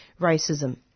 racism